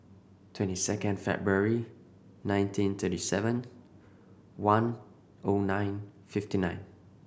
twenty second February nineteen thirty seven one O nine fifty nine